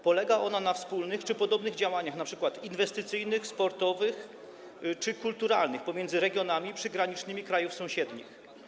Polega ona na wspólnych czy podobnych działaniach, np. inwestycyjnych, sportowych czy kulturalnych, prowadzonych pomiędzy regionami przygranicznymi krajów sąsiednich.